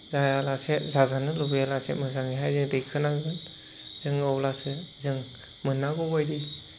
जायालासे जाजानो लुबैयालासे मोजाङैहाय जों दैखोनांगोन जों अब्लासो जों मोननांगौ बायदि